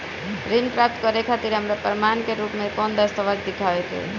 ऋण प्राप्त करे खातिर हमरा प्रमाण के रूप में कौन दस्तावेज़ दिखावे के होई?